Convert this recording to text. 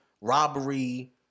robbery